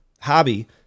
hobby